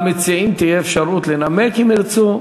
למציעים תהיה אפשרות לנמק אם ירצו.